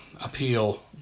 appeal